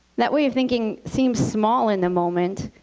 that way of thinking seems small in the moment.